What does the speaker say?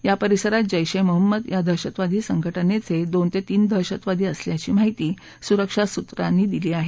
या परिसरात जैश ए मोहम्मद या दहशतवादी संघटनेचे दोन ते तीन दहशतवादी असल्याची माहिती सुरक्षा सूत्रांची दिली आहे